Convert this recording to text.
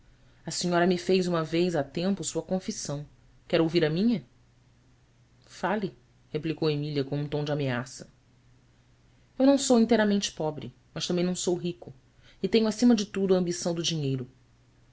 a senhora me fez uma vez há tempo sua confissão quer ouvir a minha ale replicou emília com um tom de ameaça u não sou inteiramente pobre mas também não sou rico e tenho acima de tudo a ambição do dinheiro